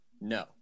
No